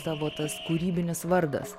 tavo tas kūrybinis vardas